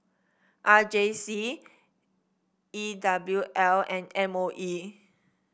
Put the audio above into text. R J C E W L and M O E